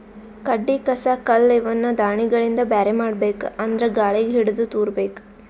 ಕಡ್ಡಿ ಕಸ ಕಲ್ಲ್ ಇವನ್ನ ದಾಣಿಗಳಿಂದ ಬ್ಯಾರೆ ಮಾಡ್ಬೇಕ್ ಅಂದ್ರ ಗಾಳಿಗ್ ಹಿಡದು ತೂರಬೇಕು